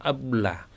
Abla